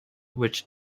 which